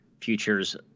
futures